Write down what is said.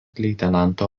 leitenanto